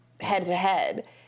head-to-head